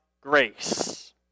grace